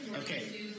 Okay